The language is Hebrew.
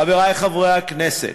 חברי חברי הכנסת,